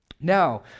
Now